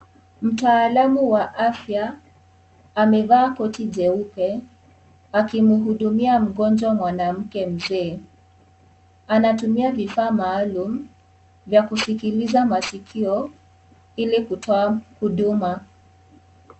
Mtaalam wa afya amevaa koti jeupe, akimhudumia mgonjwa mwanamke mzee. Anatumia vifaa maalumu vya kusikiliza masikio, ili kutoa huduma.